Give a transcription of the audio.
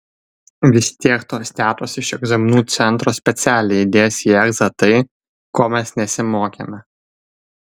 vis tiek tos tetos iš egzaminų centro specialiai įdės į egzą tai ko mes nesimokėme